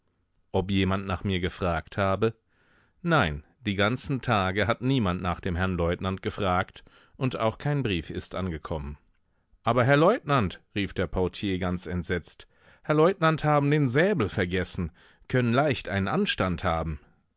ob jemand nach mir gefragt habe nein die ganzen tage hat niemand nach dem herrn leutnant gefragt und auch kein brief ist angekommen aber herr leutnant rief der portier ganz entsetzt herr leutnant haben den säbel vergessen können leicht einen anstand haben